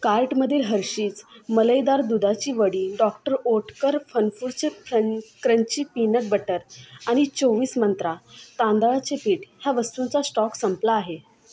कार्टमधील हर्षीज मलईदार दुधाची वडी डॉक्टर ओटकर फनफूडचे फ्रं क्रंची पीनट बटर आणि चोवीस मंत्रा तांदळाचे पीठ ह्या वस्तूंचा स्टॉक संपला आहे